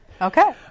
Okay